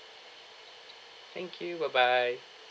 thank you bye bye